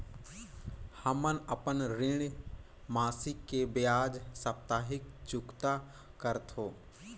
हमन अपन ऋण मासिक के बजाय साप्ताहिक चुकता करथों